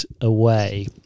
away